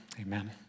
amen